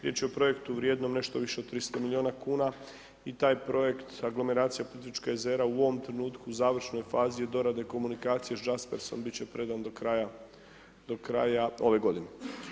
Riječ je o projektu vrijednom nešto više od 300 milijuna kuna i taj projekt aglomeracija Plitvička jezera u ovom trenutku u završnoj je fazi dorade komunikacije sa Jaspersom biti će predan do kraja, do kraja ove godine.